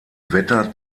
wetter